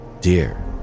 dear